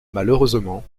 malheureusement